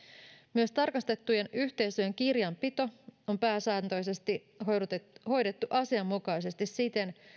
myös tarkastettujen yhteisöjen kirjanpito on pääsääntöisesti hoidettu hoidettu asianmukaisesti siten